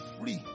free